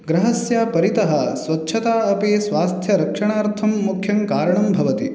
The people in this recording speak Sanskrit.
गृहस्य परितः स्वच्छता अपि स्वास्थ्यरक्षणार्थं मुख्यं कारणं भवति